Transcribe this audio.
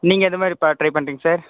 நீங்கள் எதமாதிரி பா ட்ரை பண்ணுறீங்க சார்